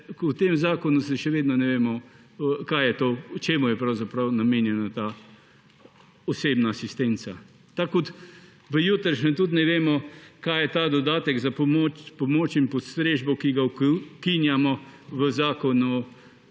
V tem zakonu še vedno ne vemo, kaj je to, čemu je namenjena ta osebna asistenca. Tako kot v jutrišnjem zakonu tudi ne vemo, kaj je ta dodatek za pomoč in postrežbo, ki ga ukinjamo v Zakonu